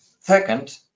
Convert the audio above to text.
Second